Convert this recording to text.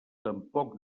tampoc